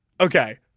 Okay